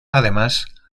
además